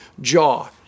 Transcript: jaw